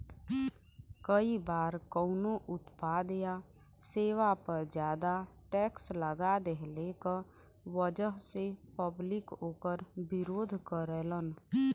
कई बार कउनो उत्पाद या सेवा पर जादा टैक्स लगा देहले क वजह से पब्लिक वोकर विरोध करलन